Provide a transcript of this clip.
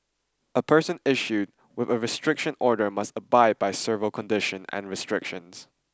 a person issued with a restriction order must abide by several conditions and restrictions